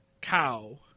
cow